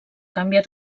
canviar